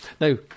now